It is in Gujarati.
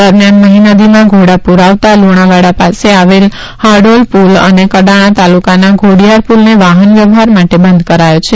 દરમિયાન મહી નદીમાં ઘોડાપુર આવતાં લુણાવાડા પાસે આવેલ હાડોળ પુલ અને કડાણા તાલુકાના ઘોડીયાર પુલને વાહન વ્યવહાર માટે બંધ કરાયો છે